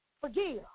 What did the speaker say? Forgive